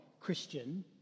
Christian